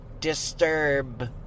Disturb